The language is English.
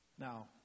Now